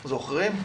זוכרים?